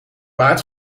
baard